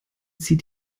zieht